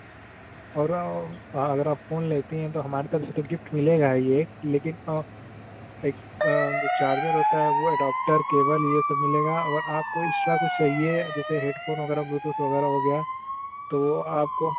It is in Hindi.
और हाँ अगर आप फोन लेती हैं तो हमारी तरफ़ से तो गिफ्ट मिलेगा ही एक लेकिन एक जो चार्जर होता है वह एडोप्टर केवल यह सब मिलेगा और आपको एक्श्ट्रा कुछ चहिए या जैसे हेडफ़ोन वगैरह ब्लूटूथ वगैरह हो गया तो आपको